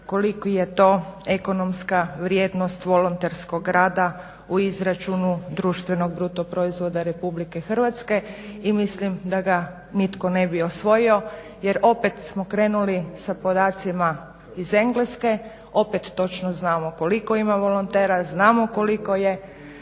kolika je to ekonomska vrijednost volonterskog rada u izračunu društvenog bruto proizvoda RH i mislim da ga nitko ne bi osvojio jer opet smo krenuli sa podacima iz Engleske, opet točno znamo koliko ima volontera, znamo koliko ti